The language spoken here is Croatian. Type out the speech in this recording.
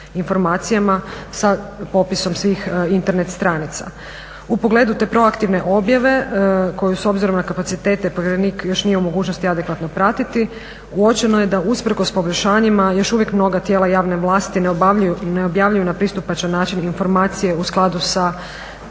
informacijama sa popisom svih internet stranica. U pogledu te proaktivne objave koju s obzirom na kapacitete povjerenik još nije u mogućnosti adekvatno pratiti, uočeno je da usprkos poboljšanjima još uvijek mnoga tijela javne vlasti ne objavljuju na pristupačan način informacije u skladu s